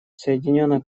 соединенное